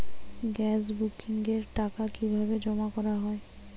Gas বুকিংয়ের টাকা কিভাবে জমা করা হয়?